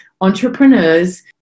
entrepreneurs